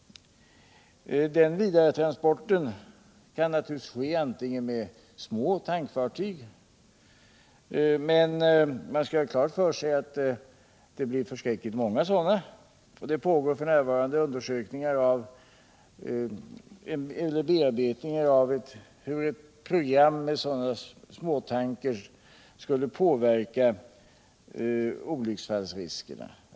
Den vidaretransporten kan ske med små tankfartyg. Men man skall ha klart för sig att det blir förskräckligt många sådana. Det pågår f.n. undersökningar av hur ett program med sådana småtankers skulle påverka olycksriskerna.